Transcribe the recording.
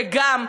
וגם,